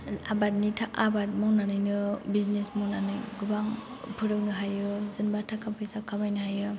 आबादनि था आबाद मावनानैनो बिजनेस मावनानै गोबां फोरोंनो हायो जेनबा थाका फैसा खामायनो हायो